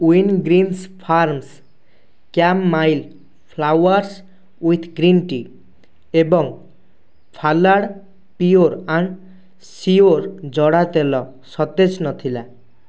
Wingreens farms chamomile flowers with green tea ଏବଂ ଫାଲାଡ଼୍ pure and sure ଜଡ଼ା ତେଲ ସତେଜ ନଥିଲା